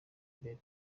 mbere